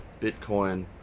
Bitcoin